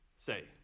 say